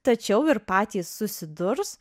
tačiau ir patys susidurs